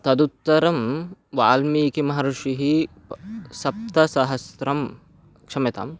तदुत्तरं वाल्मीकिमहर्षिः सप्तसहस्रं क्षम्यतां